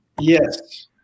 yes